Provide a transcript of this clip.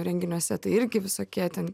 renginiuose tai irgi visokie ten